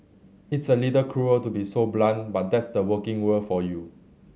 it's a little cruel to be so blunt but that's the working world for you